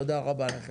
תודה רבה.